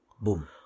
boom